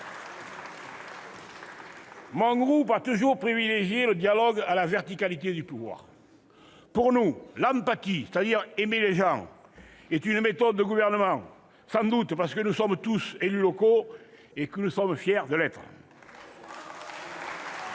Mon groupe a toujours privilégié le dialogue à la verticalité du pouvoir. Pour nous, l'empathie, c'est-à-dire le fait d'aimer les gens, est une méthode de gouvernement, sans doute parce que nous sommes tous élus locaux et fiers de l'être. Il faut